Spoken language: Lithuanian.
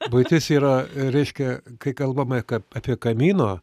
buitis yra reiškia kai kalbam a ka apie kamino